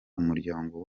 umuryango